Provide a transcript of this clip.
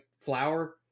flour